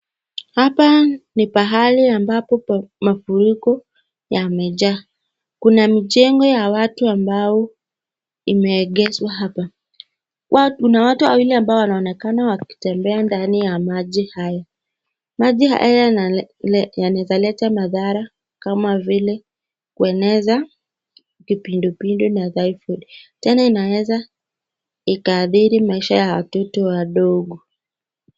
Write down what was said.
Hapa ni pahali ambapo mafuriko yamejaa. Kuna mjengo ya watu ambao imeegezwa hapa. Kuna watu wawili ambao wanaonekana wakitembea ndani ya maji hayo. Maji haya yanaweza leta madhara kama vile kueneza kipindupindu na typhoid. Tena inaweza ikaathiri maisha ya watoto wadogo.